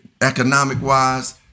economic-wise